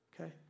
Okay